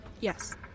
Yes